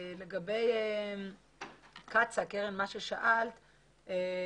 לגבי קצ"א, לשאלת של קרן.